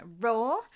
raw